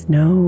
no